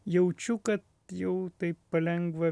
jaučiu kad jau taip palengva